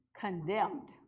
condemned